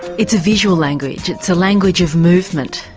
it's a visual language, it's a language of movement.